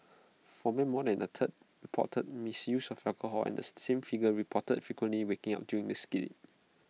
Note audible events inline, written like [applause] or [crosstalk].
for men more than A third reported misuse of alcohol and the same figure reported frequently waking up during the [unintelligible]